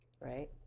right